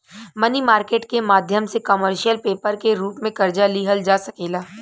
मनी market के माध्यम से कमर्शियल पेपर के रूप में कर्जा लिहल जा सकेला